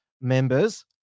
members